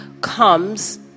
comes